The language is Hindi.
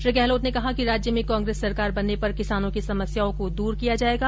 श्री गहलोत ने कहा कि राज्य में कांग्रेस सरकार बनने पर किसानों की समस्याओं को दूर किया जायेगा